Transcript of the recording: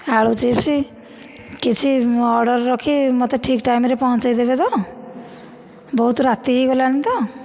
ଆଳୁ ଚିପ୍ସ କିଛି ଅର୍ଡ଼ର ରଖି ମୋତେ ଠିକ ଟାଇମ୍ରେ ପହଞ୍ଚାଇ ଦେବେ ତ ବହୁତ ରାତି ହୋଇଗଲାଣି ତ